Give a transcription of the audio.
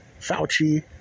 Fauci